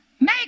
Make